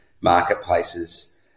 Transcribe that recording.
marketplaces